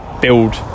build